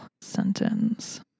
sentence